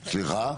בהסכמה.